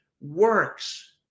works